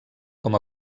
com